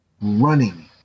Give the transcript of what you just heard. Running